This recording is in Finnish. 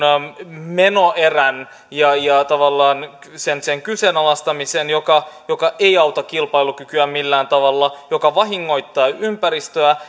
menoerän ja tavallaan sen sen kyseenalaistamisen joka joka ei auta kilpailukykyä millään tavalla ja joka vahingoittaa ympäristöä